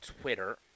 Twitter